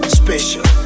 special